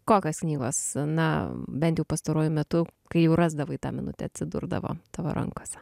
kokios knygos na bent jau pastaruoju metu kai jau rasdavai tą minutę atsidurdavo tavo rankose